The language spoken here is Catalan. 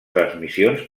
transmissions